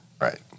Right